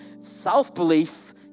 self-belief